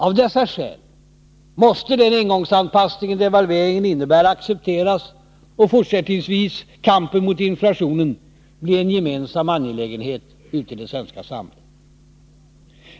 Av dessa skäl måste den engångsanpassning devalveringen innebär accepteras och fortsättningsvis kampen mot inflationen bli en gemensam angelägenhet ute i det svenska samhället.